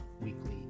Weekly